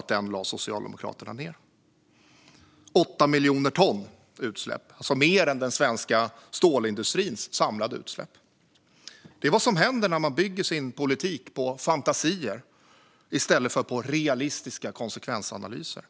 som Socialdemokraterna alltså lade ned. 8 miljoner ton är mer än den svenska stålindustrins samlade utsläpp. Detta är vad som händer när man bygger sin politik på fantasier i stället för på realistiska konsekvensanalyser.